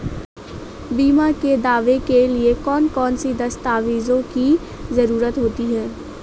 बीमा के दावे के लिए कौन कौन सी दस्तावेजों की जरूरत होती है?